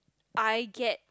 I get